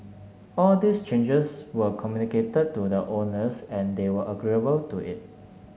all these changes were communicated to the owners and they were agreeable to it